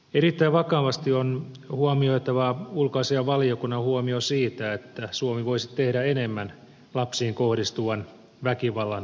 erittäin vakavasti on huomioitava ulkoasiainvaliokunnan huomio siitä että suomi voisi tehdä enemmän lapsiin kohdistuvan väkivallan vähentämiseksi